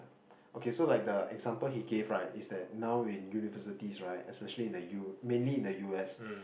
okay so like the example he gave right is that now in universities right especially in the U~ mainly in the U_S